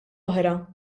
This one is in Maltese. oħra